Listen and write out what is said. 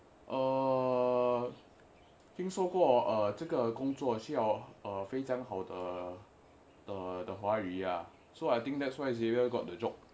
uh 听说过这个工作需要哦非常好的的华语 ah so I think that's why xavier got the job